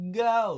go